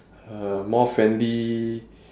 uh more friendly